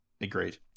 Agreed